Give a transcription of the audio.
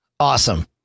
Awesome